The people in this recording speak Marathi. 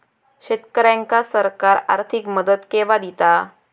शेतकऱ्यांका सरकार आर्थिक मदत केवा दिता?